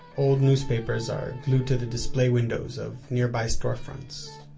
old newspapers are glued to the display windows of nearby storefronts.